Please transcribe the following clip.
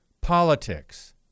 politics